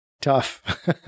tough